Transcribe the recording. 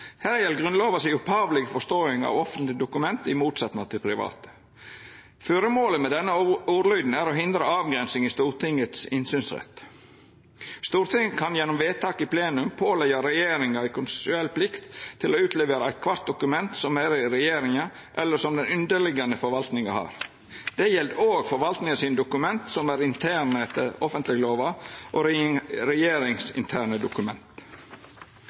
Her gjeld Grunnlova si opphavlege forståing av offentleg dokument i motsetnad til private. Føremålet med denne ordlyden er å hindra avgrensing i Stortingets innsynsrett. Stortinget kan gjennom vedtak i plenum påleggja regjeringa ei konstitusjonelle plikt til å utlevera eitkvart dokument som er i regjeringa, eller som den underliggjande forvaltinga har. Det gjeld òg forvaltinga sine dokument som er interne etter offentleglova, og regjeringsinterne dokument. Stortingets innsynsrett etter Grunnlova § 75 f inneber ikkje at interne dokument